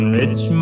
rich